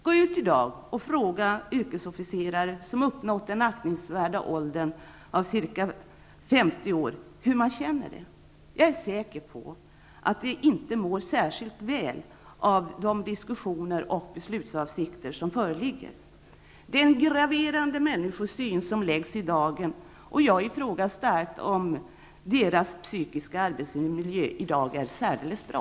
Gå ut i dag och fråga yrkesofficerare som uppnått den aktningsvärda åldern av t.ex. 50 år hur de känner det. Jag är säker på att de inte mår särskilt väl av de diskussioner och beslutsavsikter som föreligger. Det är en graverande människosyn som läggs i dagern, och jag ifrågasätter starkt om deras psykiska arbetsmiljö i dag är särdeles bra.